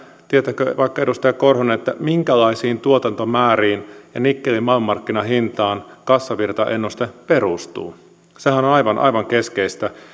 tietääkö vaikka edustaja korhonen minkälaisiin tuotantomääriin ja nikkelin maailmanmarkkinahintaan kassavirtaennuste perustuu sehän on aivan aivan keskeistä